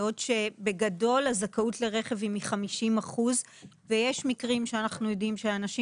בעוד שבגדול הזכאות לרכב היא מ-50 אחוזים ויש מקרים של אנשים